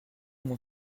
mon